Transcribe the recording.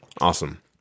Awesome